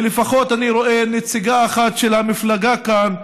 ואני רואה לפחות נציגה אחת של המפלגה כאן.